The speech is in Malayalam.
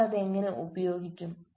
അവർ അത് എങ്ങനെ ഉപയോഗിക്കും